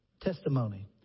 testimony